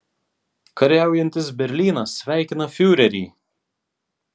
kariaujantis berlynas sveikina fiurerį